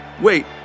Wait